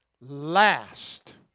Last